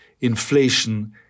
inflation